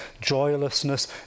joylessness